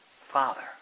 Father